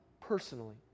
personally